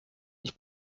ich